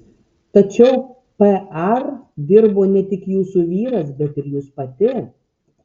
tačiau par dirbo ne tik jūsų vyras bet ir jūs pati